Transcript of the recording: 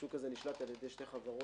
השוק הזה נשלט על ידי שתי חברות,